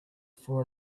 for